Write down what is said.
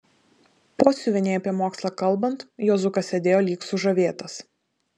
pociuvienei apie mokslą kalbant juozukas sėdėjo lyg sužavėtas